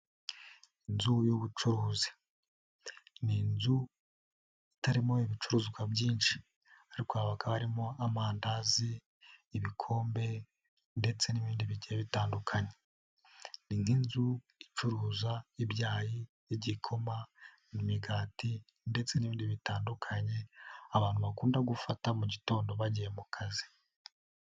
Inzu y'ubucuruzi ni inzu itarimo ibicuruzwa byinshi. Hakaba harimo amandazi, ibikombe ndetse n'ibindi bigiye bitandukanye. Ni n'inzu icuruza ibyayi n'igikoma, imigati ndetse n'ibindi bitandukanye, abantu bakunda gufata mugitondo bagiye mu kazi.